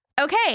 Okay